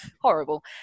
horrible